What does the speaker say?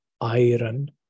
iron